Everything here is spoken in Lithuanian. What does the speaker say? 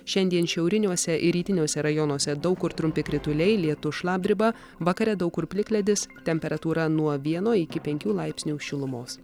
šiandien šiauriniuose ir rytiniuose rajonuose daug kur trumpi krituliai lietus šlapdriba vakare daug kur plikledis temperatūra nuo vieno iki penkių laipsnių šilumos